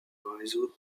réseau